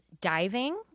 diving –